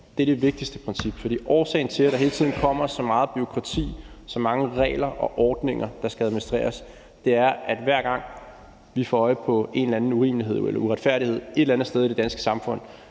det er det vigtigste princip. For årsagen til, at der hele tiden kommer så meget bureaukrati, så mange regler og ordninger, der skal administreres, er, at hver gang vi får øje på en eller anden urimelighed eller uretfærdighed et eller andet sted i det danske samfund,